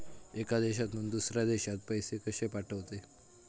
एका देशातून दुसऱ्या देशात पैसे कशे पाठवचे?